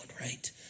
right